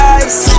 ice